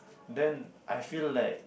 then I feel like